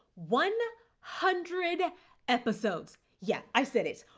one hundred episodes. yeah. i said it.